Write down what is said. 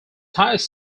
highest